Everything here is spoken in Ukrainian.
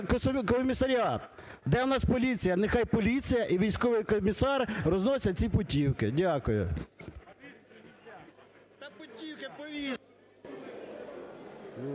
комісаріат, де поліція. Нехай поліція і військовий комісар розносять ці путівки. Дякую.